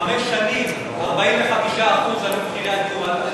חמש שנים, מחירי הדיור עלו ב-45%.